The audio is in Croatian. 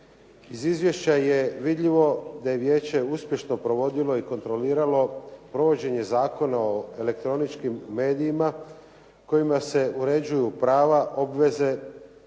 Iz izvješća je vidljivo da je vijeće uspješno provodilo i kontroliralo provođenje Zakona o elektroničkim medijima kojima se uređuju prava, obveze,